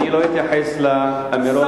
אני לא אתייחס לאמירות האומללות האלה.